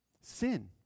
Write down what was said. Sin